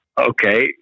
Okay